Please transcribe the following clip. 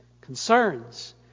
concerns